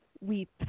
weep